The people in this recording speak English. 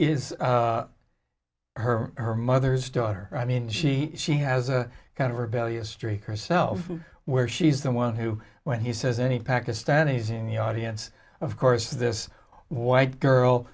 is her her mother's daughter i mean she she has a kind of rebellious streak herself where she's the one who when he says any pakistanis in the audience of course this white girl